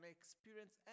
experience